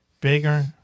bigger